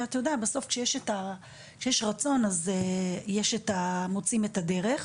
אתה יודע, בסוף כשיש רצון, אז מוצאים את הדרך.